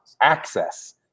access